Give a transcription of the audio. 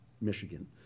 Michigan